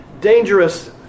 dangerous